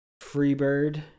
Freebird